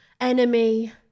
enemy